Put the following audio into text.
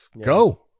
go